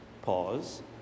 Pause